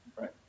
Right